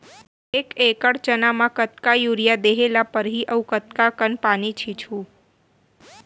एक एकड़ चना म कतका यूरिया देहे ल परहि अऊ कतका कन पानी छींचहुं?